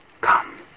Come